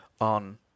on